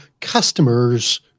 customers